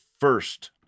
first